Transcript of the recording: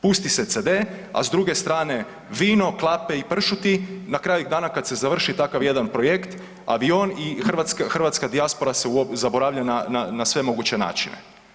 Pusti se CD, a s druge strane vino, klape i pršuti, na kraju dana kad se završi takav jedan projekt, avion i Hrvatska dijaspora se zaboravlja na sve moguće načine.